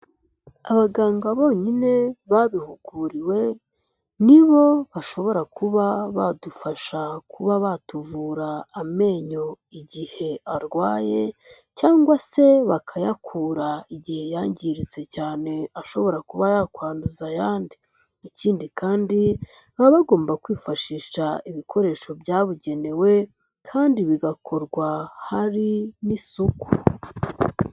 Abaganga bonyine babihuguriwe, ni bo bashobora kuba badufasha kuba batuvura amenyo igihe arwaye, cyangwa se bakayakura igihe yangiritse cyane ashobora kuba yakwanduza ayandi. Ikindi kandi baba bagomba kwifashisha ibikoresho byabugenewe kandi bigakorwa hari n'isuku.